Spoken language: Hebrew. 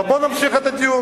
אבל בוא נמשיך את הדיון.